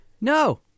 No